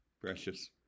Precious